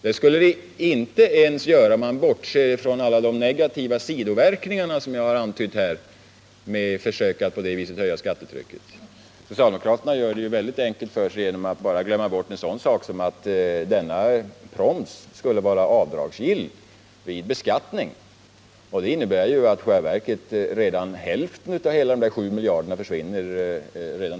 Det skulle den inte ens göra om man bortsåg från alla de negativa sidoverkningarna, som jag har antytt här, av försök att på det sättet höja skattetrycket. Socialdemokraterna gör det väldigt enkelt för sig genom att bara glömma bort att promsen skulle vara avdragsgill vid beskattning. Redan det innebär i själva verket att hälften av de 7 miljarderna försvinner.